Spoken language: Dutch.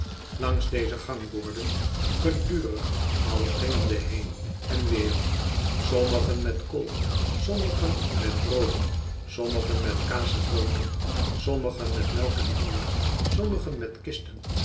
langs deze gangboorden gedurig al dringende heen en weer sommigen met kool sommigen metbrooden sommigen met kaas en boter sommigen met melk en bier sommigen met kisten